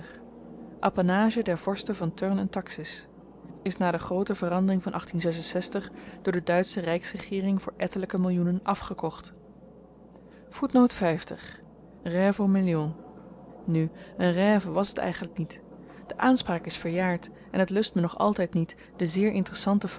apanage der vorsten van turn en taxis is na de groote veranderingen van door de duitsche ryksregeering voor ettelyke millioenen afgekocht me nu n rêve was t eigenlyk niet de aanspraak is verjaard en t lust me nog altyd niet den